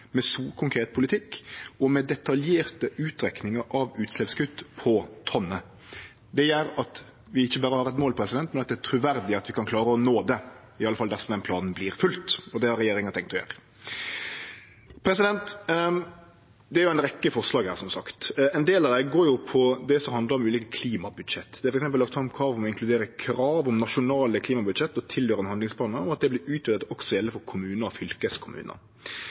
med så konkret politikk og med detaljerte utrekningar av utsleppskutt på tonnet. Det gjer at vi ikkje berre har eit mål, men det er truverdig at vi kan klare å nå det, iallfall dersom den planen vert følgd, og det har regjeringa tenkt å gjere. Det er ei rekkje forslag her, som sagt. Ein del av dei går på det som handlar om ulike klimabudsjett. Det er f.eks. lagt fram forslag om å inkludere krav om nasjonale klimabudsjett og tilhøyrande handlingsplanar og at det vert utvida til også å gjelde kommunar og fylkeskommunar.